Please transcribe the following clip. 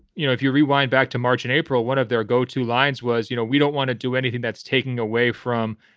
you know if you rewind back to march and april, one of their go to lines was, you know, we don't want to do anything that's taking away from,